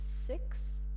six